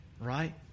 right